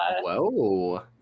whoa